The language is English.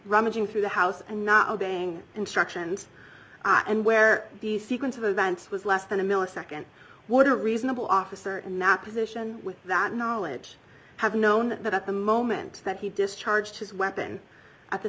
rummaging through the house and not obeying instructions and where the sequence of events was less than a millisecond what a reasonable officer in that position with that knowledge have known that at the moment that he discharged his weapon at the